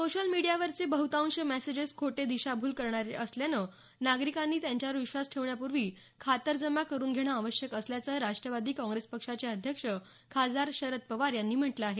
social मीडियावरचे बहुतांश messages खोटे दिशाभूल करणारे असल्यानं नागरिकांनी त्यांच्यावर विश्वास ठेवण्यापूर्वी खातरजमा करून घेणं आवश्यक असल्याचं राष्ट्रवादी काँग्रेस पक्षाचे अध्यक्ष खासदार शरद पवार यांनी म्हटलं आहे